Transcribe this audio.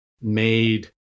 made